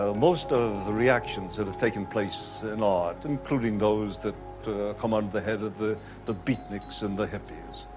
ah most of the reactions that have taken place in art, including those that come under the head of the the beatniks and the hippies,